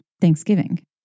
Thanksgiving